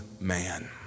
man